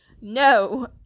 no